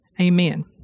Amen